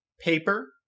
Paper